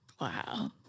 Wow